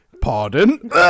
Pardon